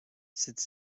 cette